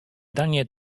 danie